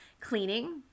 cleaning